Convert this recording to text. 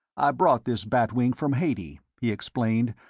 i brought this bat wing from haiti, he explained,